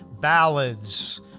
ballads